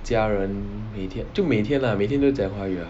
家人每天就每天 lah 每天都在讲华语 lah